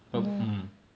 but mm